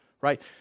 right